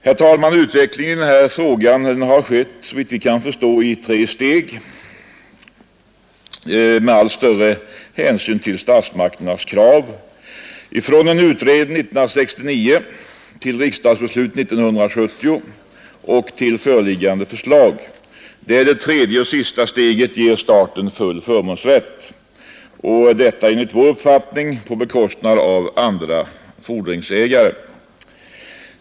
Herr talman! Utvecklingen i denna fråga har såvitt vi kan förstå skett i tre steg, med allt större hänsynstagande till statsmakternas krav, från en utredning 1969 till riksdagsbeslutet 1970 och vidare till föreliggande förslag, där det tredje och sista steget ger staten full förmånsrätt — och detta enligt vår uppfattning på bekostnad av andra fordringsägare.